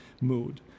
mood